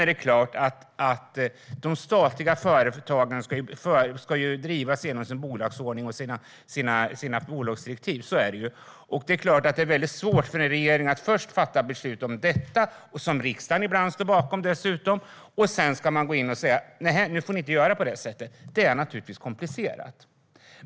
Det är klart att de statliga företagen ska drivas enligt sin bolagsordning och sina bolagsdirektiv. Så är det. Det är väldigt svårt för en regering att först fatta beslut om detta, som riksdagen dessutom ibland står bakom, och sedan gå in och säga: Nej, nu får ni inte göra på det sättet. Det är naturligtvis komplicerat.